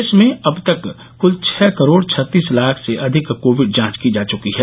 देश में अब तक कुल छह करोड़ छत्तीस लाख से अधिक कोविड जांच की जा चुकी है